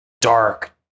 dark